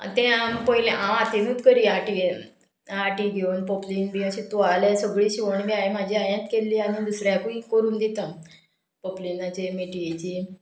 तें हांव पयलें हांव हातीनूत करी आर्टीयेन आर्टी घेवन पोपलीन बी अशें तुवालें सगळीं शिवण बी हांवें म्हाजी हांवें केल्ली आनी दुसऱ्याकूय करून दितां पोपलिनाचें मिटयेची